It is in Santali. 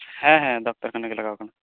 ᱦᱮᱸ ᱦᱮᱸ ᱰᱟᱠᱛᱟᱨ ᱠᱷᱟᱱᱟ ᱜᱮ ᱞᱟᱜᱟᱣ ᱠᱟᱱᱟ